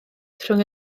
rhwng